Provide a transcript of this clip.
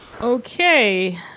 okay